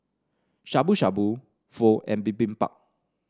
Shabu Shabu Pho and Bibimbap